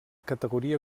categoria